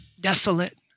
desolate